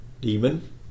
demon